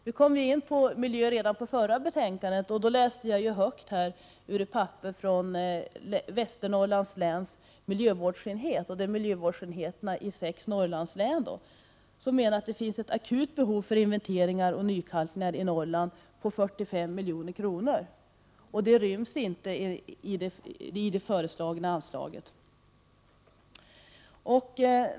Vi kom in på detta redan när vi behandlade förra betänkandet och då citerade jag från ett papper från Västernorrlands läns miljövårdsenhet. Miljövårdsenheterna i sex Norrlandslän menar att det finns ett akut behov av inventeringar och nykalkningar i Norrland för 45 milj.kr. Det ryms inte i det föreslagna anslaget.